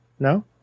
No